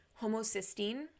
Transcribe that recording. Homocysteine